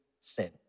sin